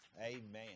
Amen